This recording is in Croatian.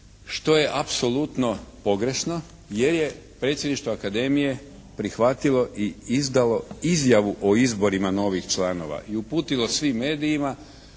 što je apsolutno pogrešno jer je predsjedništvo Akademije prihvatilo i izdalo izjavu o izborima novih članova i uputilo svim medijima.